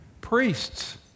Priests